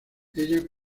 ella